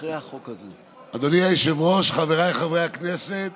אדוני היושב-ראש, חבריי חברי הכנסת,